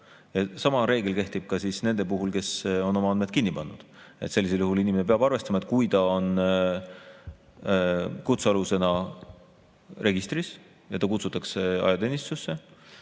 Sama reegel kehtib ka nende puhul, kes on oma andmed kinni pannud. Sellisel juhul inimene peab arvestama, et kui ta on kutsealusena registris, ta kutsutakse ajateenistusse